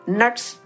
nuts